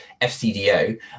FCDO